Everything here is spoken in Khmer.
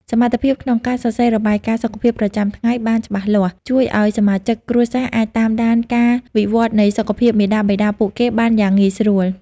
សមត្ថភាពក្នុងការសរសេររបាយការណ៍សុខភាពប្រចាំថ្ងៃបានច្បាស់លាស់ ជួយឱ្យសមាជិកគ្រួសារអាចតាមដានការវិវត្តនៃសុខភាពមាតាបិតាពួកគេបានយ៉ាងងាយស្រួល។